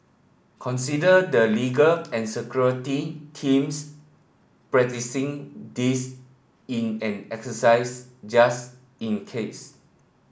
consider the legal and security teams practising this in an exercise just in case